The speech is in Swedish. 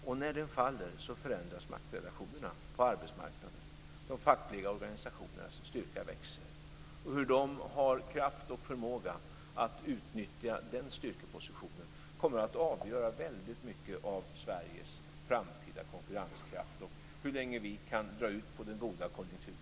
Och när den faller förändras maktrelationerna på arbetsmarknaden. De fackliga organisationernas styrka växer. Hur de har kraft och förmåga att utnyttja den styrkepositionen kommer att avgöra väldigt mycket av Sveriges framtida konkurrenskraft och hur länge vi kan dra ut på den goda konjunkturen.